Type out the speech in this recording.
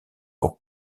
pour